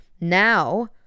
now